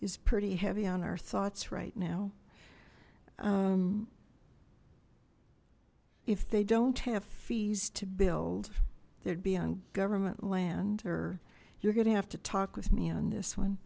is pretty heavy on our thoughts right now if they don't have fees to build there'd be on government land or you're going to have to talk with me on this one